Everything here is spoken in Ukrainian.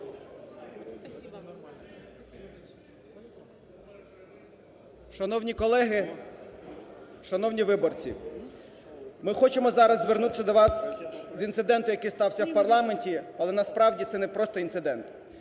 Шановні колеги, шановні виборці! Ми хочемо зараз звернутися до вас з інциденту, який стався у парламенті, але насправді це не просто інцидент.